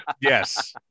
yes